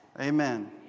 Amen